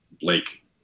Blake